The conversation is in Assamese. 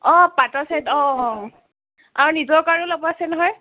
অঁ পাটৰ ছেট অঁ অঁ অঁ নিজৰ কাৰণেও ল'ব আছে নহয়